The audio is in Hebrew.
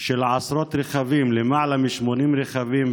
של עשרות רכבים, למעלה מ-80 רכבים,